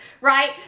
right